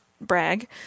brag